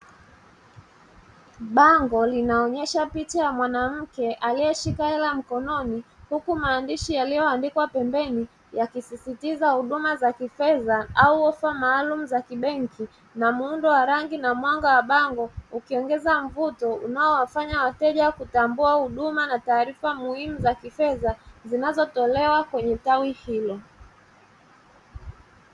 Bango linaonyesha picha ya mwanamke aliyeshika hela mkononi, huku maandishi yaliyoandikwa pembeni yakisisitiza huduma za kifedha au ofa maalumu za kibenki, na muundo wa rangi na mwanga wa bango ukiongeza mvuto unaowafanya wateja kutambua huduma na taarifa muhimu za kifedha zinazotolewa kwenye tawi hilo.